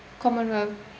commonwealth